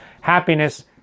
happiness